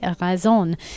Raison